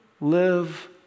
live